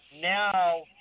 now